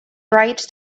bright